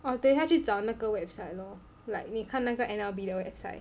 oh 等下一去找那个 website lor like 你看那个 N_L_B 的 website